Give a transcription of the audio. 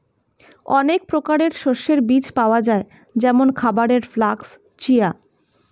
অনেক প্রকারের শস্যের বীজ পাওয়া যায় যেমন খাবারের ফ্লাক্স, চিয়া